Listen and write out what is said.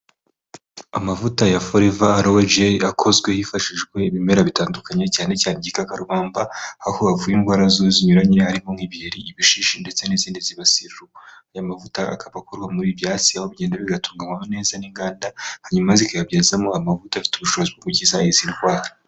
Amavuta ya Forever Aloe Gel akozwe hifashijwe ibimera bitandukanye cyane cyane igikakarubamba aho avura indwara zinyuranye harimo nk'ibiheri ,Ibishishi ndetse n'izindi zibasira uruhu aya mavuta akaba akorwa muri ibi byatsi aho bigenda bigatunganywa neza n'inganda hanyuma zikayabyazamo amavuta afite ubushobozi bwo gukiza iziindi ndwara.